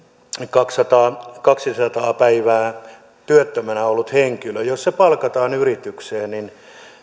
kaksisataa kaksisataa päivää työttömänä ollut henkilö palkataan yritykseen niin